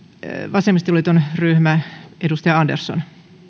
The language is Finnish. vasemmistoliiton eduskuntaryhmä edustaja andersson